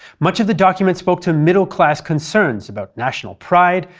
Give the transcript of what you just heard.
much of the document spoke to middle-class concerns about national pride,